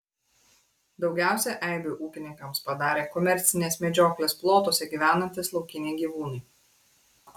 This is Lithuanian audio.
daugiausiai eibių ūkininkams padarė komercinės medžioklės plotuose gyvenantys laukiniai gyvūnai